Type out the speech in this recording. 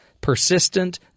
persistent